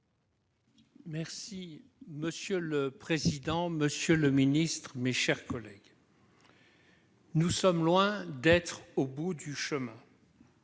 Sueur. Monsieur le président, monsieur le ministre, mes chers collègues, nous sommes loin d'être au bout du chemin.